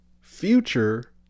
Future